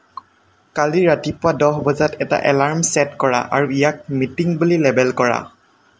কালি ৰাতিপুৱা দহ বজাত এটা এলাৰ্ম ছেট কৰা আৰু ইয়াক মিটিং বুলি লেবেল কৰা